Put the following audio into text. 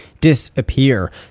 disappear